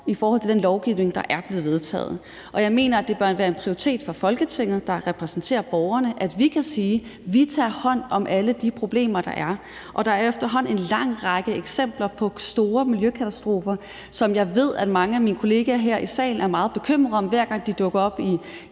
i forhold til den lovgivning, der er blevet vedtaget? Og jeg mener, at det bør være en prioritet for Folketinget, der repræsenterer borgerne, at vi kan sige: Vi tager hånd om alle de problemer, der er. Der er efterhånden en lang række eksempler på store miljøkatastrofer, som jeg ved at mange af mine kollegaer her i salen er meget bekymret over, hver gang de dukker op i